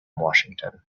washington